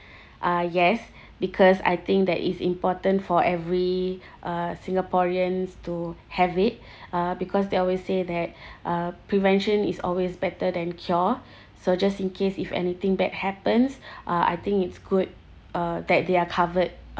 ah yes because I think that it's important for every uh singaporeans to have it uh because they always say that uh prevention is always better than cure so just in case if anything bad happens uh I think it's good uh that they are covered